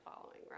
following